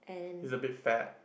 he's a bit fat